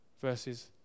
versus